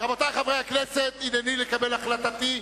רבותי חברי הכנסת, הנני לקבל החלטתי: